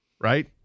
right